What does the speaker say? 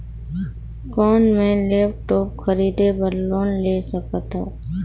कौन मैं लेपटॉप खरीदे बर लोन ले सकथव?